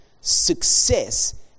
success